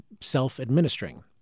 self-administering